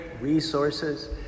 resources